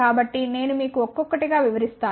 కాబట్టి నేను మీకు ఒక్కొక్కటి గా వివరిస్తాను